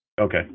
okay